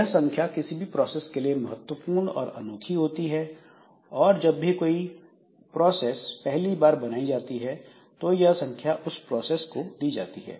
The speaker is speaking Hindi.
यह संख्या किसी भी प्रोसेस के लिए महत्वपूर्ण और अनोखी होती है और जब भी कोई प्रोसेस पहली बार बनाई जाती है तो यह संख्या उस प्रोसेस को दी जाती है